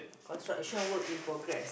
construction work in progress